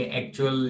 actual